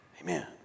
Amen